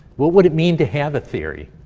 what would it mean to have a theory?